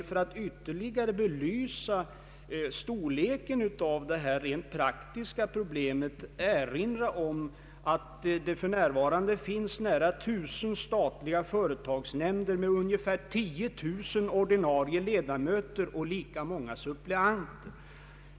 För att ytterligare belysa storleken av det rent praktiska problemet vill jag erinra om att det för närvarande finns nära 1 000 statliga företagsnämnder med ungefär 10 000 ordinarie ledamöter och lika många suppleanter.